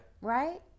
Right